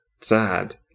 sad